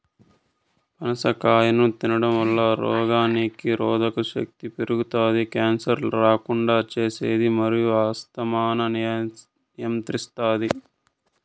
పనస కాయను తినడంవల్ల రోగనిరోధక శక్తి పెరుగుతాది, క్యాన్సర్ రాకుండా చేస్తాది మరియు ఆస్తమాను నియంత్రిస్తాది